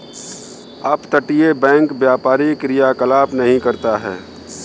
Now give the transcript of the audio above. अपतटीय बैंक व्यापारी क्रियाकलाप नहीं करता है